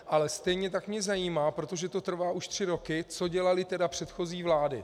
Ale stejně tak mě zajímá, protože to trvá už tři roky co dělaly předchozí vlády?